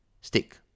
Stick